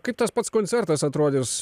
kaip tas pats koncertas atrodys